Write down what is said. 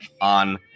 on